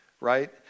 right